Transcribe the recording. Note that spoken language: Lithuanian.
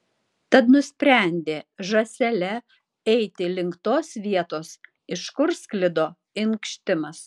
tad nusprendė žąsele eiti link tos vietos iš kur sklido inkštimas